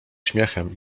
śmiechem